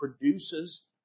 produces